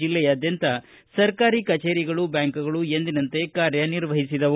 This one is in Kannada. ಜೆಲ್ಲೆಯಾದ್ಯಂತ ಸರ್ಕಾರಿ ಕಜೇರಿಗಳು ಬ್ಯಾಂಕ್ಗಳು ಎಂದಿನಂತೆ ಕೆಲಸ ನಿರ್ವಹಿಸಿದವು